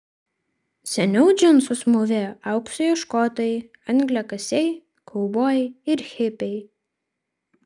seniau džinsus mūvėjo aukso ieškotojai angliakasiai kaubojai ir hipiai